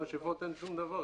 אבל במשאבות אין שום דבר.